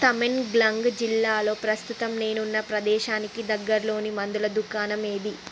తమెంగ్లాంగ్ జిల్లాలో ప్రస్తుతం నేనున్న ప్రదేశానికి దగ్గరలోని మందుల దుకాణం ఏది